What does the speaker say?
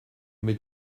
mais